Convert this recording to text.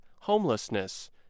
homelessness